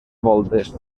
voltes